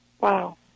wow